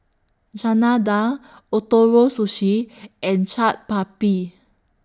Chana Dal Ootoro Sushi and Chaat Papri